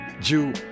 Jew